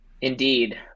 Indeed